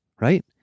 right